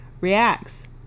reacts